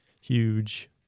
huge